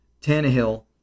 Tannehill